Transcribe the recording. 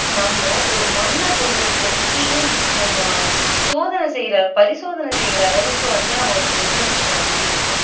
நம்ம ஒரு மண்ணை கொண்டு போய் நம்ம சோதனை செய்கிற பரிசோதனை செய்கிற அளவுக்கு வந்து ஒரு தொழில்நுட்பத்த நம்பி இருக்கோம்